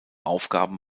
aufgaben